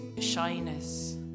shyness